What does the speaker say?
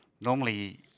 normally